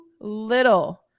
little